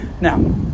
Now